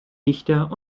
dichter